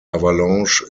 avalanche